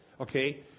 Okay